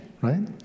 right